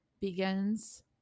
begins